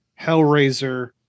Hellraiser